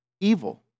evil